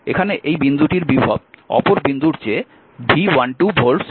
এখানে এই বিন্দুটির বিভব অপর বিন্দুর চেয়ে V12 ভোল্টস বেশি